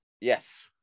Yes